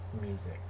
music